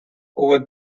over